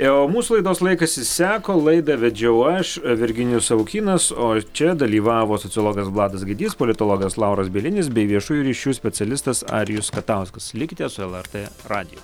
o mūsų laidos laikas išseko laidą vedžiau aš virginijus savukynas o čia dalyvavo sociologas vladas gaidys politologas lauras bielinis bei viešųjų ryšių specialistas arijus katauskas likite su lrt radiju